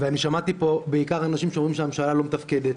ושמעתי פה בעיקר אנשים שאומרים שהממשלה לא מתפקדת.